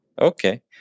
okay